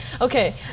Okay